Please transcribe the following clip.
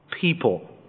people